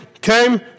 came